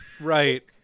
Right